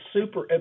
super